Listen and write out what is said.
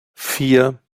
vier